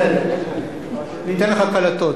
בסדר, ניתן לך קלטות.